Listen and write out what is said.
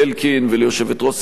וליושבת-ראש סיעת קדימה,